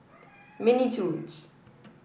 mini Toons